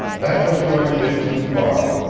that was going a bit too far.